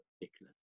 particular